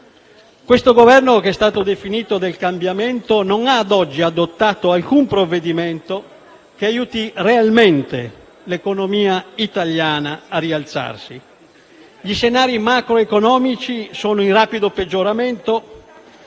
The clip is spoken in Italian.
Questo Governo, che è stato definito «del cambiamento», non ha, a oggi, adottato alcun provvedimento che aiuti realmente l'economia italiana a rialzarsi. Gli scenari macroeconomici sono in rapido peggioramento: